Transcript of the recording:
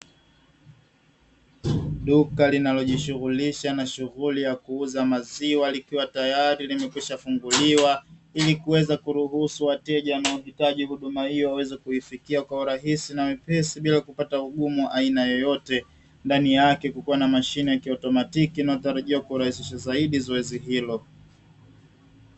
Duka linalojishughulisha na shughuli ya kuuza maziwa likiwa tayari limekwisha funguliwa ili kuweza kuruhusu wateja wanaohitaji huduma hiyo waweze kuifikia kwa urahisi na uwepesi bila kupata ugumu wa aina yeyote. Ndani yake kukiwa na mashine ya kiautomatiki inayotarajiwa kurahisisha zaidi zoezi hilo.